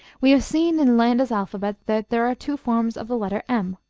we have seen in landa's alphabet that there are two forms of the letter m.